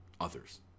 others